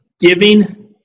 Giving